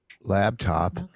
laptop